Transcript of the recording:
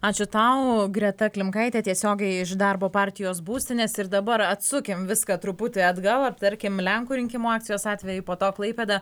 ačiū tau greta klimkaitė tiesiogiai iš darbo partijos būstinės ir dabar atsukim viską truputį atgal aptarkim lenkų rinkimų akcijos atvejį po to klaipėdą